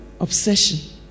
Obsession